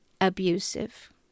abusive